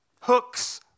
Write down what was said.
Hooks